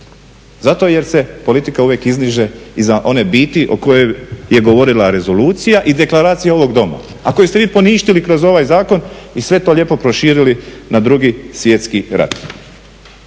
Zato jer se politika uvijek izdiže iza one biti o kojoj je govorila rezolucija i deklaracija ovog Doma a koju ste vi poništili kroz ovaj zakon i sve to lijepo proširili na II. Svjetski rat.